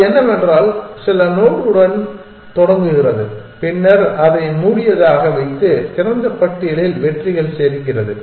அது என்னவென்றால் அது சில நோடுடன் தொடங்குகிறது பின்னர் அதை மூடியதாக வைத்து திறந்த பட்டியலில் வெற்றிகள் சேர்க்கிறது